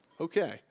Okay